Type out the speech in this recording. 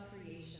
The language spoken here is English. creation